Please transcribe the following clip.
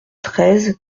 treize